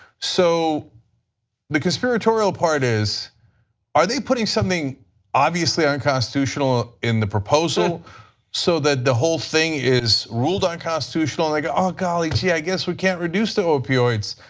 so the conspiratorial part is are they putting something obviously unconstitutional in the proposal so that the whole thing is ruled unconstitutional and they go ah golly gee, i guess we can't reduce opioids,